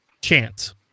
chance